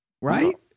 Right